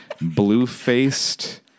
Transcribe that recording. blue-faced